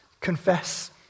Confess